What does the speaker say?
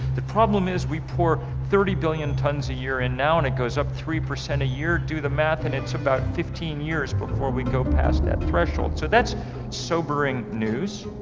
the problem is we pour thirty billion tons a year and now and it goes up three percent a year. do the math and it's about fifteen years but before go past that threshold. so that's sobering news.